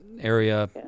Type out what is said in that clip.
area